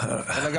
אלא גם